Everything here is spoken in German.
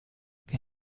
wer